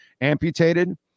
amputated